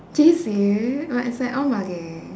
J_C but it's like all mugging